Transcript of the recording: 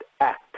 act